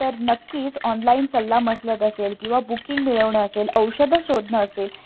तर नक्कीच ऑनलाईन सल्लामसलत असेल किंवा बुकिंग मिळवणं असेल औषधं शोधणं असेल